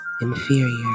inferior